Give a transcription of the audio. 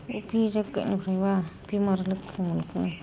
बबे जायगानिफ्रायबा बेमार लोगो मोनखो